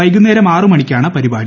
വൈകുന്നേരം ആറു മണിക്കാണ് പരിപാടി